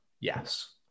Yes